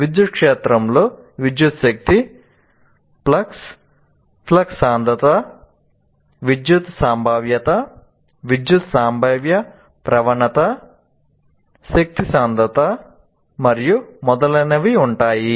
విద్యుత్ క్షేత్రంలో విద్యుత్ శక్తి ఫ్లక్స్ ఫ్లక్స్ సాంద్రత విద్యుత్ సంభావ్యత విద్యుత్ సంభావ్య ప్రవణత శక్తి సాంద్రత మరియు మొదలైనవి ఉంటాయి